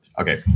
Okay